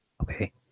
Okay